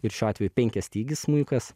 ir šiuo atveju penkiastygis smuikas